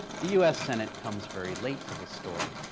the u s. senate comes very late to this story,